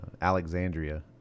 Alexandria